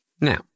Now